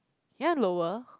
you want lower